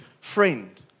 friend